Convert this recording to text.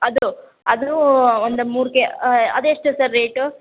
ಅದು ಅದು ಒಂದು ಮೂರು ಕೆ ಅದೆಷ್ಟು ಸರ್ ರೇಟು